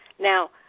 Now